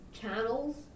channels